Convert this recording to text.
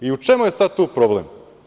I u čemu je sada tu problem?